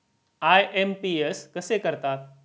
IMPS कसे करतात?